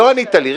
לא ענית לי.